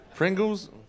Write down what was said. Pringles